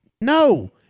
no